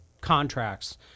contracts